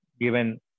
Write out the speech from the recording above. given